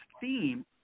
theme